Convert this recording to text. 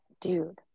dude